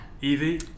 Evie